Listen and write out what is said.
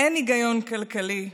אין היגיון כלכלי,